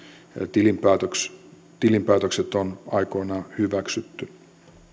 tilinpäätökset tilinpäätökset on aikoinaan hyväksytty